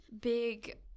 big